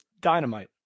Dynamite